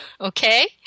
Okay